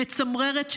מצמררת,